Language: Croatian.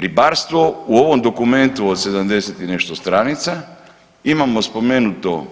Ribarstvo u ovom dokumentu od 70 i nešto stranica imamo spomenuto